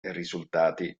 risultati